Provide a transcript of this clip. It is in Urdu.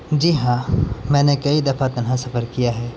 جی ہاں میں نے کئی دفعہ تنہا سفر کیا ہے